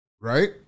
right